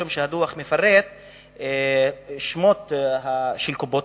משום שבדוח מפורטים שמות קופות-החולים,